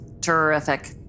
Terrific